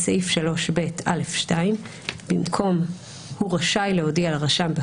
בסעיף 3ב(א)(2) במקום המילים "הוא רשאי להודיע לרשם,